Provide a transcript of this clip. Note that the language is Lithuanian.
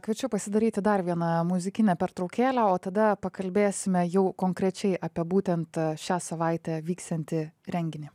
kviečiu pasidaryti dar vieną muzikinę pertraukėlę o tada pakalbėsime jau konkrečiai apie būtent šią savaitę vyksiantį renginį